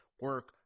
Work